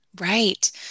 right